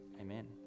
Amen